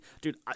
Dude